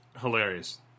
Hilarious